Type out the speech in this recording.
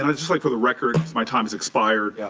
um just like for the record my time has expired,